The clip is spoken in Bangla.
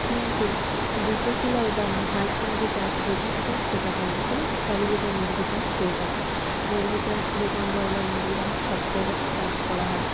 কিন্তু জুতো সেলাই বা হাঁস মুরগি চাষ এগুলো কোথাও শেখাতে হয় না তবে চারিদিকে মুরগি চাষ হয়ে থাকে মুরগি চাষগুলো যেমন ব্রয়লার মুরগি এখন সব জায়গাতেই চাষ করা হয়